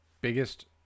Biggest